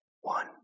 one